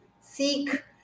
seek